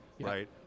right